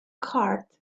cart